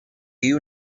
you